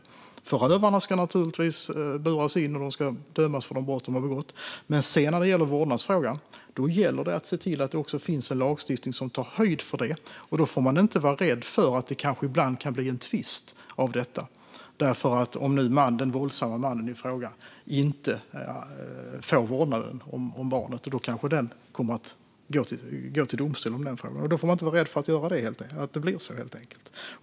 Förövarna ska naturligtvis buras in och dömas för de brott de har begått. När det sedan gäller vårdnadsfrågan gäller det att se till att det finns en lagstiftning som tar höjd för detta. Då får man inte vara rädd för att det kanske ibland kan bli en tvist, om den våldsamma mannen i fråga inte får vårdnaden om barnet. Han kanske då kommer att gå till domstol om frågan, och då får man inte vara rädd för att det blir så.